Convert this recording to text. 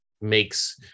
makes